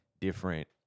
different